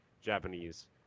Japanese